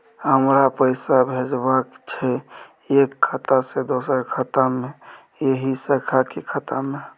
हमरा पैसा भेजबाक छै एक खाता से दोसर खाता मे एहि शाखा के खाता मे?